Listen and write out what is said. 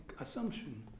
assumption